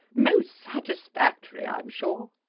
most satisfactory, i am sure.